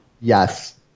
Yes